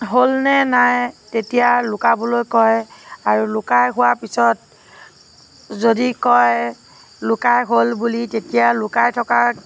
হ'লনে নাই তেতিয়া লুকাবলৈ কয় আৰু লুকাই হোৱাৰ পিছত যদি কয় লুকাই হ'ল বুলি তেতিয়া লুকাই থকা